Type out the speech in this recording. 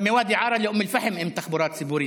מוואדי עארה לאום אל-פחם אין תחבורה ציבורית,